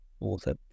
author